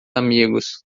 amigos